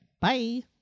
Bye